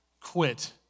quit